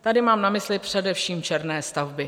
Tady mám na mysli především černé stavby.